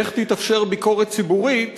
איך תתאפשר ביקורת ציבורית